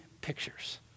pictures